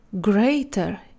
greater